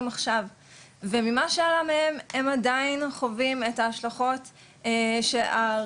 עכשיו וממה שעלה מהם הם עדיין חווים את ההשלכות הרגשיות,